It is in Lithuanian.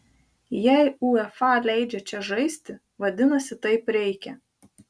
jei uefa leidžia čia žaisti vadinasi taip reikia